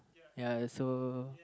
ya so